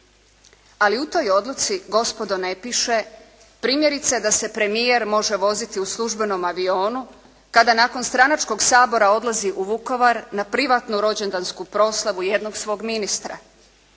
ali u toj odluci gospodo ne piše primjerice da se premijer može voziti u službenom avionu kada nakon stranačkog Sabora odlazi u Vukovar na privatnu rođendansku proslavu jednog svog ministra.